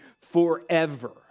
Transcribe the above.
forever